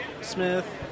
Smith